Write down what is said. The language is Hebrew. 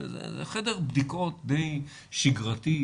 זה חדר בדיקות די שגרתי,